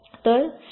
तरस्टार